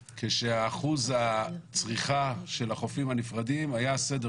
כשאחוז הצריכה של החופים הנפרדים היה בסדר